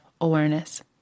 awareness